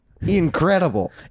Incredible